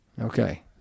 Okay